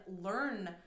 learn